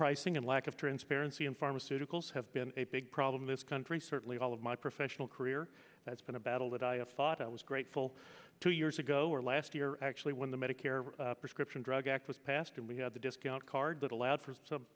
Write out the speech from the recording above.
pricing and lack of transparency and pharmaceuticals have been a big problem in this country certainly all of my professional career that's been a battle that i have fought i was grateful two years ago or last year actually when the medicare prescription drug act was passed and we had the discount card that allowed for